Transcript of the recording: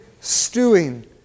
stewing